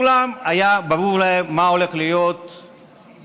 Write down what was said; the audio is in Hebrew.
לכולם היה ברור מה הולך להיות באירופה,